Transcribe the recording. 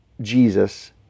Jesus